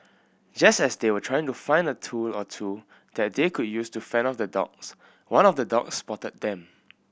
just as they were trying to find a tool or two that they could use to fend off the dogs one of the dogs spotted them